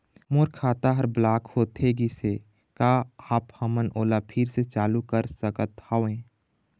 मोर खाता हर ब्लॉक होथे गिस हे, का आप हमन ओला फिर से चालू कर सकत हावे?